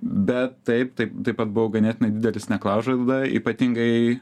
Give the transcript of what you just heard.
bet taip tai taip pat buvau ganėtinai didelis neklaužada ypatingai